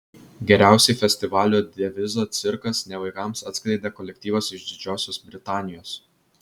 geriausiai festivalio devizą cirkas ne vaikams atskleidė kolektyvas iš didžiosios britanijos